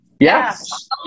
yes